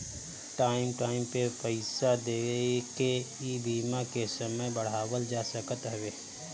time time पे पईसा देके इ बीमा के समय बढ़ावल जा सकत हवे